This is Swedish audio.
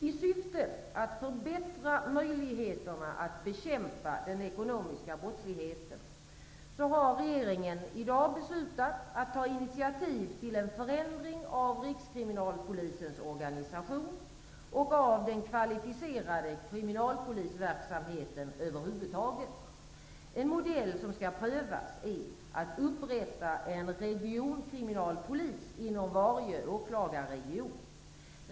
I syfte att förbättra möjligheterna att bekämpa den ekonomiska brottsligheten har regeringen i dag beslutat att ta initiativ till en förändring av Rikskriminalpolisens organisation och av den kvalificerade kriminalpolisverksamheten över huvud taget. En modell som skall prövas är att upprätta en regionkriminalpolis inom varje åklagarregion.